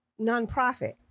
nonprofit